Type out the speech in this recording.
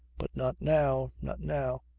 but not now. not now.